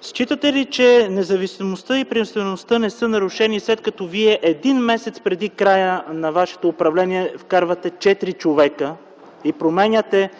Считате ли, че независимостта и приемствеността не са нарушени, след като Вие един месец преди края на вашето управление вкарвате 4 човека и променяте